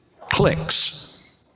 clicks